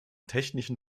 technischen